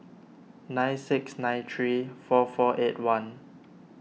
nine six nine three four four eight one